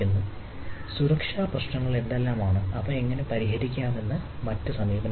സാധാരണ സുരക്ഷാ പ്രശ്നങ്ങൾ എന്തെല്ലാമാണ് അവ എങ്ങനെ പരിഹരിക്കാമെന്നതാണ് മറ്റ് സമീപനങ്ങൾ